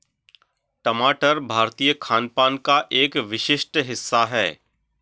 टमाटर भारतीय खानपान का एक विशिष्ट हिस्सा है